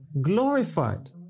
Glorified